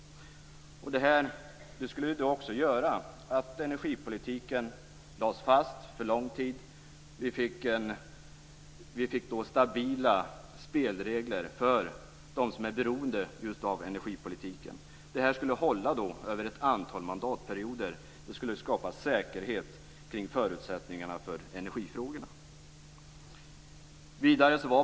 Det skulle innebära att energipolitiken lades fast för lång tid. Vi fick stabila spelregler för just dem som är beroende av energipolitiken. De skulle hålla över ett antal mandatperioder. De skulle skapa säkerhet kring förutsättningarna för energifrågorna.